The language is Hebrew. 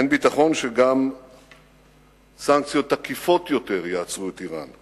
אין ביטחון שגם סנקציות תקיפות יותר יעצרו את אירן,